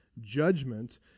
judgment